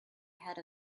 ahead